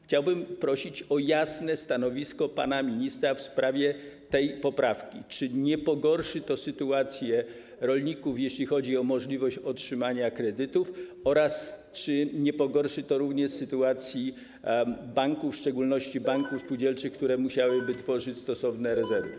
Chciałbym prosić o jasne stanowisko pana ministra w sprawie tej poprawki, czy nie pogorszy ona sytuacji rolników, jeśli chodzi o możliwość otrzymania kredytów oraz czy nie pogorszy również sytuacji banków, w szczególności banków spółdzielczych, które musiałyby tworzyć stosowne rezerwy.